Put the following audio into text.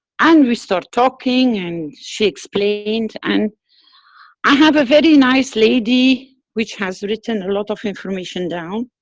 and we start talking and she explained and i have a very nice lady which has written a lot of information down.